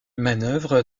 manœuvre